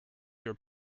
your